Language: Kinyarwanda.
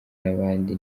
n’abandi